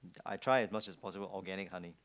I tried as much as possible organic honey